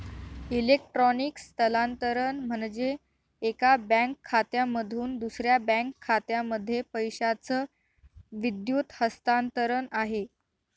electronic स्थलांतरण म्हणजे, एका बँक खात्यामधून दुसऱ्या बँक खात्यामध्ये पैशाचं विद्युत हस्तांतरण आहे